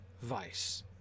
vice